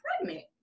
pregnant